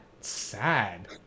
sad